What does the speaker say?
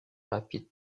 rapide